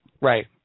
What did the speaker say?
Right